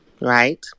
Right